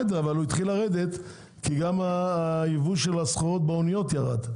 אבל הוא התחיל לרדת כי גם הייבוא של הסחורות באוניות ירד.